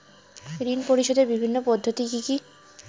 ঋণ পরিশোধের বিভিন্ন পদ্ধতি কি কি?